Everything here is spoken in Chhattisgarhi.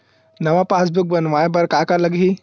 नवा पासबुक बनवाय बर का का लगही?